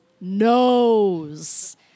knows